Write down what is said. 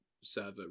server